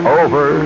over